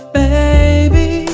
baby